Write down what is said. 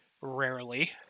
rarely